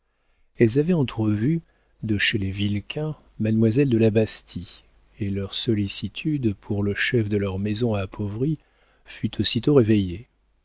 elles avaient entrevu de chez les vilquin mademoiselle de la bastie et leur sollicitude pour le chef de leur maison appauvrie fut aussitôt réveillée